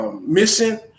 mission